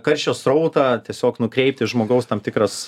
karščio srautą tiesiog nukreipt į žmogaus tam tikras